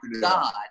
God